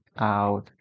out